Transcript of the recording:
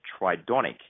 Tridonic